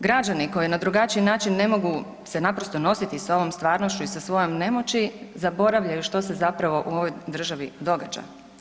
Građani koji na drugačiji način ne mogu se naprosto nositi sa ovom stvarnošću i sa svojom nemoći, zaboravljaju što se zapravo u ovoj državi događa.